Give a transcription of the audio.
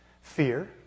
fear